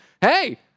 hey